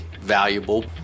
valuable